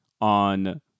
on